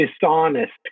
dishonest